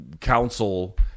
council